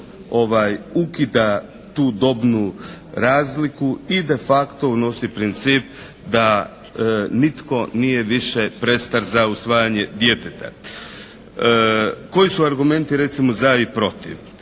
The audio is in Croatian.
ukida tu dobnu razliku i de facto unosi princip da nitko nije više prestar za usvajanje djeteta. Koji su argumenti recimo za i protiv.